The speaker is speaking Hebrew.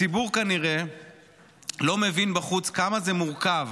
הציבור בחוץ כנראה לא מבין כמה זה מורכב